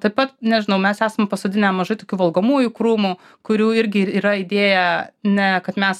taip pat nežinau mes esam pasodinę nemažai tokių valgomųjų krūmų kurių irgi yra idėja ne kad mes